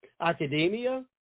academia